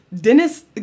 Dennis